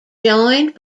joined